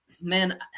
Man